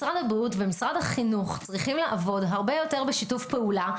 משרד הבריאות ומשרד החינוך צריכים לעבוד הרבה יותר בשיתוף פעולה,